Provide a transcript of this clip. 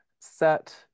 set